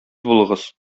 булыгыз